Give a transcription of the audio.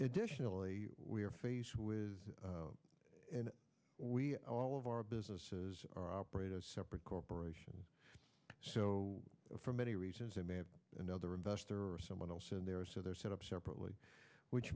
additionally we are faced with and we all of our businesses are operating separate corporation so for many reasons they may have another investor or someone else in there so they're set up separately which